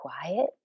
quiet